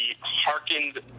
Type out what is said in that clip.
hearkened